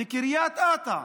בקריית אתא.